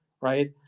right